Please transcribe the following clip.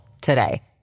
today